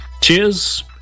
Cheers